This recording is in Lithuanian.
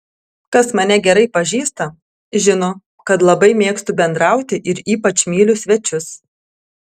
kas mane gerai pažįsta žino kad labai mėgstu bendrauti ir ypač myliu svečius